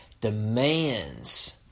demands